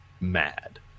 mad